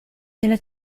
della